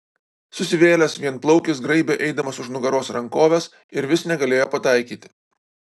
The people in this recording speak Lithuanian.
susivėlęs vienplaukis graibė eidamas už nugaros rankoves ir vis negalėjo pataikyti